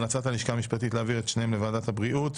המלצת הלשכה המשפטית היא להעביר את שניהם לוועדת הבריאות.